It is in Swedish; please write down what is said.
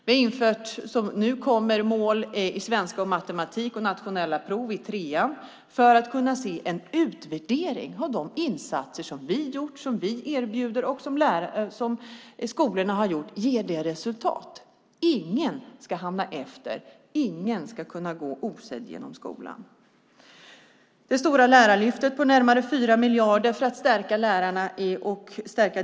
Nu kommer mål och nationella prov i svenska och matematik att införas i trean för att man ska kunna göra en utvärdering av om de insatser som görs i skolorna ger resultat. Ingen ska hamna efter, och ingen ska kunna gå osedd genom skolan. Vi har det stora lärarlyftet på närmare 4 miljarder för att stärka lärarnas verktygslåda.